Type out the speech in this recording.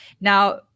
Now